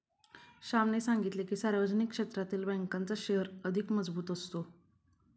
श्यामने सांगितले की, सार्वजनिक क्षेत्रातील बँकांचा शेअर अधिक मजबूत असतो